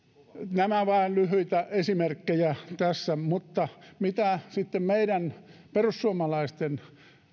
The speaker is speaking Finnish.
nämä vain lyhyitä esimerkkejä tässä mutta mitä sitten meidän perussuomalaisten